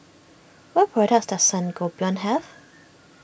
what products does Sangobion have